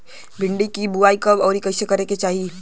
भिंडी क बुआई कब अउर कइसे करे के चाही?